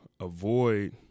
avoid